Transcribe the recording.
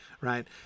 right